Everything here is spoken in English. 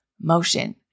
motion